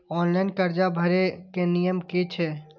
Online कर्जा भरे के नियम की छे?